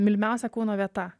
mylimiausia kūno vieta